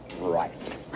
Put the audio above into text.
right